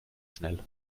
schnell